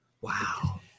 wow